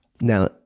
Now